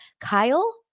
Kyle